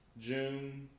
June